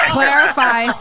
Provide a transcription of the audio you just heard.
Clarify